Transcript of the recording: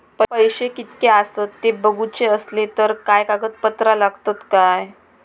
पैशे कीतके आसत ते बघुचे असले तर काय कागद पत्रा लागतात काय?